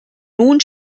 nun